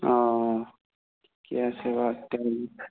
অঁ অঁ ঠিকে আছে বাৰু তেতিয়াহ'লে